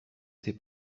ses